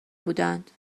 بودند